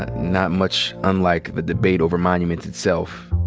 ah not much unlike the debate over monuments itself,